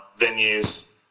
venues